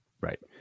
Right